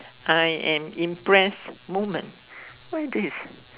I am impressed moment what is this